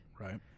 Right